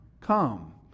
come